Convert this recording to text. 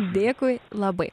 dėkui labai